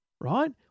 right